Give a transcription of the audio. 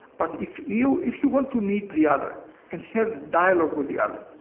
but if you if you want to meet the other and have dialogue with the other,